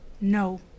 No